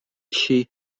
she